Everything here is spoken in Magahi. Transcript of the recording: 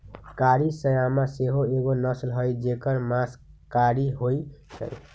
कारी श्यामा सेहो एगो नस्ल हई जेकर मास कारी होइ छइ